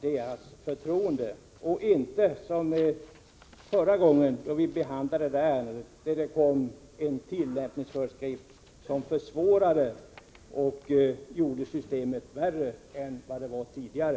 Det får inte bli som förra gången när vi behandlade detta ärende, när det kom en tillämpningsföreskrift som försvårade och gjorde systemet värre än det var tidigare.